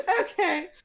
okay